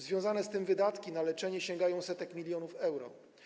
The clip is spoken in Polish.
Związane z tym wydatki na leczenie sięgają setek milionów euro.